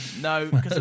No